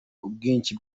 ubwinshi